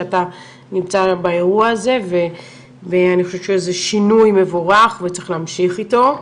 שאתה נמצא באירוע הזה ואני חושבת שזה שינוי מבורך וצריך להמשיך אתו.